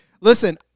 listen